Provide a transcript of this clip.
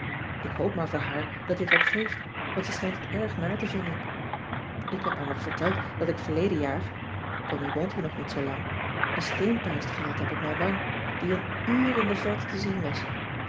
ik hoop maar voor haar dat dit wat geeft want ze schijnt het erg naar te vinden ik heb haar nog verteld dat ik verleden jaar connie woont hier nog niet zoo lang een steenpuist gehad heb op mijn wang die een uur in de verte te zien was